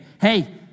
hey